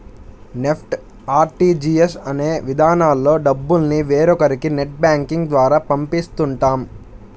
NEFT, RTGS అనే విధానాల్లో డబ్బుల్ని వేరొకరికి నెట్ బ్యాంకింగ్ ద్వారా పంపిస్తుంటాం